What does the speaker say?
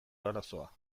arazoa